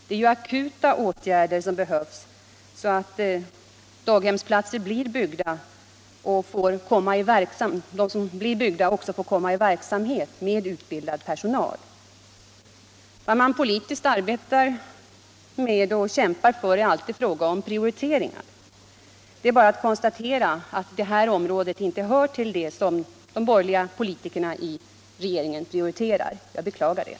Det är ju akuta åtgärder som behövs för att daghemsplatser som blir byggda också skall komma i verksamhet med utbildad personal. Vad man politiskt arbetar med och kämpar för är alltid en fråga om prioriteringar. Det är bara att konstatera att detta område inte prioriteras av borgerliga politiker i regeringen. Jag beklagar det.